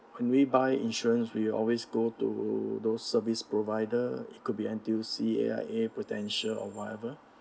when we buy insurance we always go to those service provider it could be N_T_U_C A_I_A Prudential or whatever